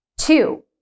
Two